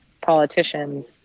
politicians